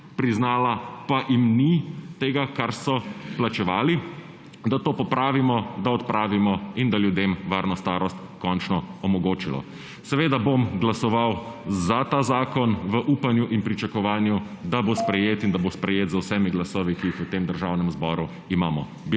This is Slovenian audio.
priznala pa jim ni tega, kar so plačevali, to popravimo, da odpravimo krivico in da ljudem varno starost končno omogočimo. Seveda bom glasoval za ta zakon v upanju in pričakovanju, da bo sprejet in da bo sprejet z vsemi glasovali, ki jih v tem državnem zboru imamo.